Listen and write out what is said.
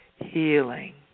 Healing